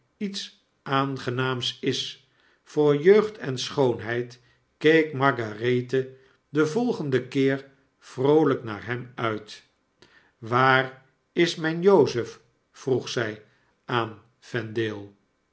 iets aangenaams is voor jeugd en schoonheid keek margarethe den volgenden keer vroolyk naar hem uit waar is mgn jozef vroeg zij aanvendale